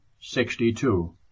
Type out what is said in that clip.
sixty-two